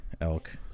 elk